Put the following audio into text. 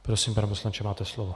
Prosím, pane poslanče, máte slovo.